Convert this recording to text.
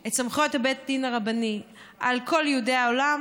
את סמכויות בית הדין הרבני על כל יהודי העולם,